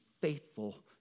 faithful